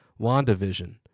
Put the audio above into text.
WandaVision